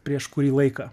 prieš kurį laiką